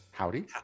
Howdy